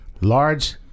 Large